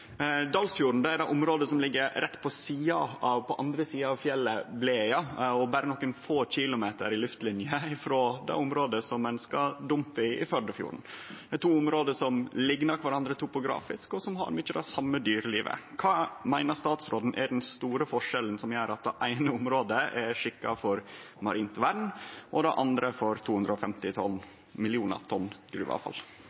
er det området som ligg på andre sida av fjellet Blegja, berre nokre få kilometer i luftlinje frå det området der ein skal dumpe i Førdefjorden. Det er to område som liknar kvarandre topografisk, og som har mykje det same dyrelivet. Kva meiner statsråden er den store forskjellen som gjer at det eine området er skikka for marint vern og det andre for 250